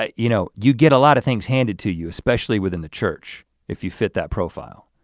ah you know you get a lot of things handed to you especially within the church if you fit that profile.